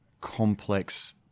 complex